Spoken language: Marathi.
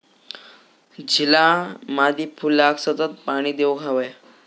झिला मादी फुलाक सतत पाणी देवक हव्या